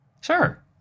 Sure